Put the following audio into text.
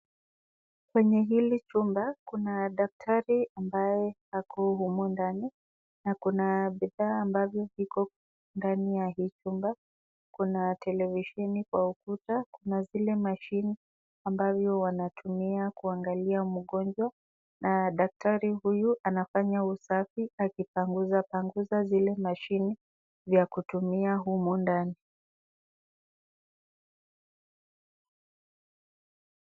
Kwenye hili chumba kuna daktari ambaye ako humu ndani, na kuna bidhaa ambazo ziko ndani ya hii chumba, kuna televisheni kwa ukuta kuna zile mashini ambavyo wanatumia kuangalia mgonjwa na daktari huyu anafanya usafi akipanguza panguza zile mashini vya kutumia humo ndani.